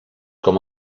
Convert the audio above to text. com